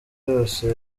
yose